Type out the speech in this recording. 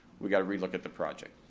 we gotta re-look at the project.